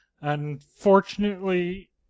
Unfortunately